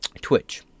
Twitch